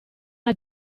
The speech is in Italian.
una